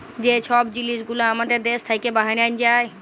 যে ছব জিলিস গুলা আমাদের দ্যাশ থ্যাইকে বাহরাঁয় যায়